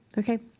okay.